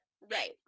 Right